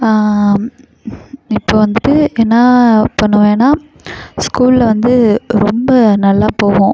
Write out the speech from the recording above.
இப்போ வந்துட்டு என்ன பண்ணுவேனால் ஸ்கூலில் வந்து ரொம்ப நல்லா போகும்